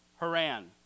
Haran